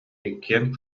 иккиэн